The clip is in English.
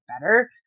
better